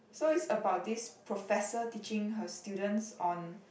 so it's about this professor teaching her students on